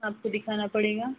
आपको दिखाना पड़ेगा